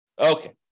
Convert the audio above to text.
Okay